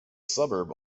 suburb